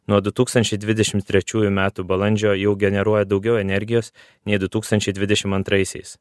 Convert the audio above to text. nuo du tūkstančiai dvidešimt trečiųjų metų balandžio jau generuoja daugiau energijos nei du tūkstančiai dvidešim antraisiais